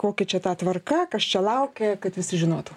kokia čia ta tvarka kas čia laukia kad visi žinotų